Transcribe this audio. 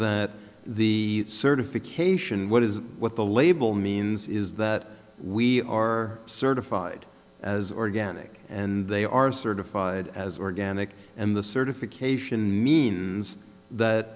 that the certification what is what the label means is that we are certified as organic and they are certified as organic and the certification